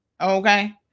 Okay